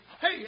Hey